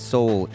Soul